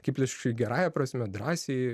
akiplėšiškai gerąja prasme drąsiai